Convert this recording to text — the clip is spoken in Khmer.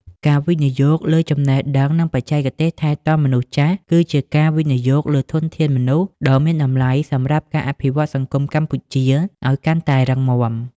ការវិនិយោគលើចំណេះដឹង និងបច្ចេកទេសថែទាំមនុស្សចាស់ គឺជាការវិនិយោគលើធនធានមនុស្សដ៏មានតម្លៃសម្រាប់ការអភិវឌ្ឍសង្គមកម្ពុជាឱ្យកាន់តែរឹងមាំ។